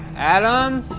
adam?